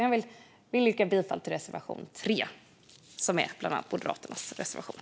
Jag vill yrka bifall till reservation 3 - bland annat Moderaternas reservation.